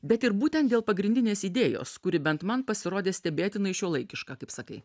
bet ir būtent dėl pagrindinės idėjos kuri bent man pasirodė stebėtinai šiuolaikiška kaip sakai